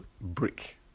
brick